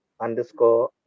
underscore